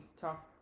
talk